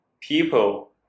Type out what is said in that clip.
people